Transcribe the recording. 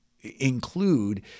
include